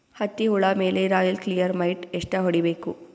ಹತ್ತಿ ಹುಳ ಮೇಲೆ ರಾಯಲ್ ಕ್ಲಿಯರ್ ಮೈಟ್ ಎಷ್ಟ ಹೊಡಿಬೇಕು?